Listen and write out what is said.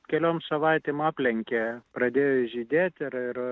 keliom savaitėm aplenkė pradėjo žydėti ir ir